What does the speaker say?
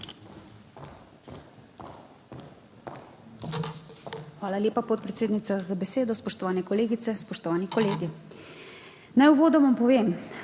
Hvala lepa, podpredsednica, za besedo. Spoštovane kolegice, spoštovani kolegi! Naj uvodoma povem,